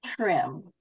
trim